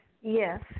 Yes